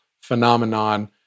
phenomenon